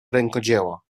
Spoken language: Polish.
rękodzieła